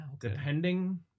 Depending